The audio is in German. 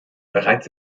bereits